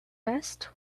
best